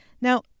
Now